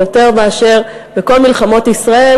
ויותר מאשר בכל מלחמות ישראל,